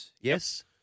yes